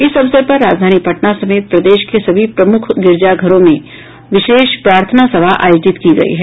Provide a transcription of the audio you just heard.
इस अवसर पर राजधानी पटना समेत प्रदेश के सभी प्रमुख गिरिजा घरों में विशेष प्रार्थना सभा आयोजित की गयी है